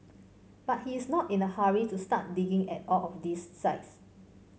but he is not in a hurry to start digging at all of these sites